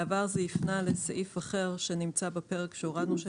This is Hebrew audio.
בעבר זה הפנה לסעיף אחר שנמצא בפרק שהורדנו,